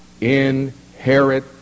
inherit